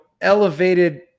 elevated